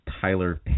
Tyler